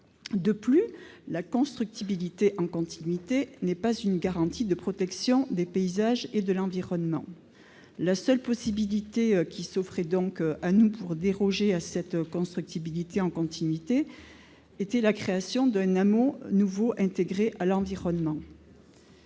De plus, la constructibilité en continuité n'est pas une garantie de protection des paysages et de l'environnement. La seule possibilité qui nous était offerte pour déroger à la constructibilité en continuité était la création d'un hameau nouveau intégré à l'environnement.